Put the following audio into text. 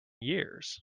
years